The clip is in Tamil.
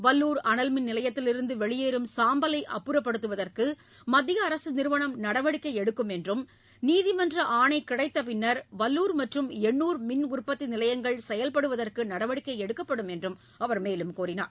வல்லூர் அனல்மின் நிலையத்திலிருந்து வெளியேறும் சாம்பலை அப்புறப்படுத்துவதற்கு மத்திய அரசு நிறுவனம் நடவடிக்கை எடுக்கும் என்றும் நீதிமன்ற ஆணை கிடைத்த பின்னா் வல்லூா் மற்றும் எண்ணூர் மின் உற்பத்தி நிலையங்கள் செயல்படுவதற்கு நடவடிக்கை எடுக்கப்படும் என்றும் அவர் தெரிவித்தார்